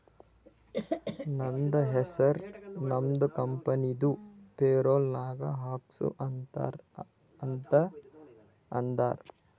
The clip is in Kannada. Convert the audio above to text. ನಂದ ಹೆಸುರ್ ನಮ್ದು ಕಂಪನಿದು ಪೇರೋಲ್ ನಾಗ್ ಹಾಕ್ಸು ಅಂತ್ ಅಂದಾರ